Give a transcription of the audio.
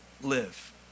live